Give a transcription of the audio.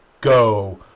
go